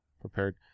prepared